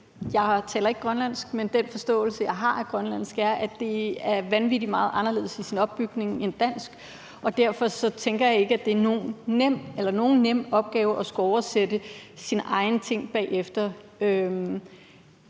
Jeg taler ikke grønlandsk, men den forståelse, jeg har af grønlandsk, er, at det er vanvittig meget anderledes i sin opbygning end dansk, og derfor tænker jeg ikke, at det er nogen nem opgave at skulle oversætte sine egne ting bagefter.